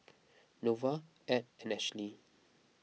Norval Ed and Ashlie